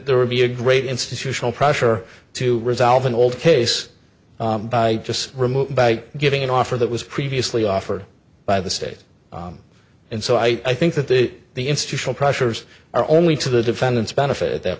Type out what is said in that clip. there would be a great institutional pressure to resolve an old case by just remove by giving an offer that was previously offered by the state and so i think that the the institutional pressures are only to the defendants benefit at that